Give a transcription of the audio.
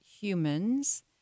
humans